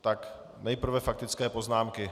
Tak nejprve faktické poznámky.